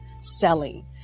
selling